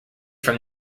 from